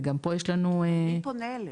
וגם פה יש לנו --- מי פונה אליהם?